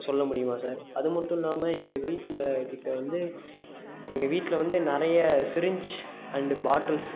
சொல்ல முடியுமா சார் அது மட்டும் இல்லாமல் எங்கள் வீட்டில் கிட்ட வந்து எங்கள் வீட்டில் வந்து நிறைய சிரிஞ்ச் அண்ட் பாட்டில்ஸ்